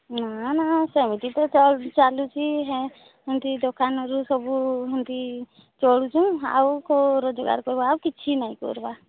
ନାଁ ନାଁ ସେମିତି ତ ଚାଲୁଛି ସେମିତି ଦୋକାନରୁ ସବୁ ସେମିତି ଚଳୁଛୁ ଆଉ କୋଉ ରୋଜଗାର କରିବା ଆଉ କିଛି ନାହିଁ କରିବା